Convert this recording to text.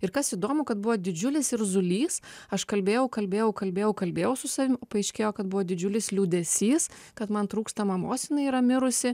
ir kas įdomu kad buvo didžiulis irzulys aš kalbėjau kalbėjau kalbėjau kalbėjau su savim o paaiškėjo kad buvo didžiulis liūdesys kad man trūksta mamos jinai yra mirusi